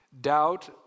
Doubt